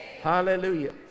Hallelujah